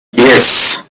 yes